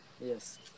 Yes